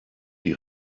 die